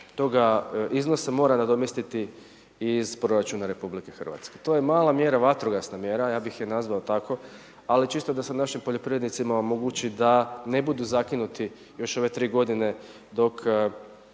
toga iznosa mora nadomjestiti iz proračuna Republike Hrvatske. To je mala mjera, vatrogasna mjera ja bih je nazvao tako ali čisto da se našim poljoprivrednicima omogući da ne budu zakinuti još ove tri godine dok